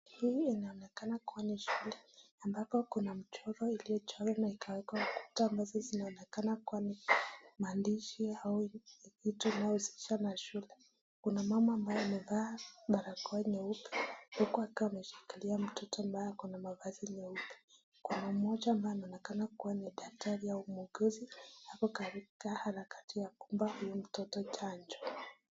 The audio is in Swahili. Hii inaonekana kuwa shule ambapo kuna mchoro iliyochorwa na ikawekwa ukuta ambazo zinaonekana kuwa maandishi inaonesha kuwa na shule. Kuna mama ambaye amevaa barakoa nyeupe huku akiwa ameshikilia mtoto mwenye mavazi nyeupe anaonekana ni daktari au muuguzi ako katika harakati ya kumpa mtoto huyo chanjo.